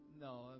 No